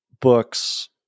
books